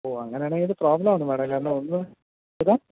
ഓ അങ്ങനെയാണെങ്കിൽ ഇത് പ്രോബ്ലം ആണ് മാഡം എന്നാ ഒന്ന് ഏതാ